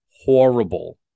horrible